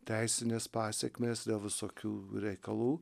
teisinės pasekmės dėl visokių reikalų